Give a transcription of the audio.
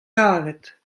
karet